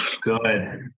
Good